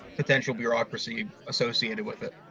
potential bureaucracy associated with it.